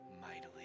mightily